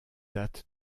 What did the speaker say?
date